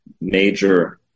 major